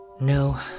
No